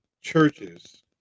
churches